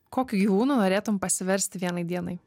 kokiu gyvūnu norėtum pasiversti vienai dienai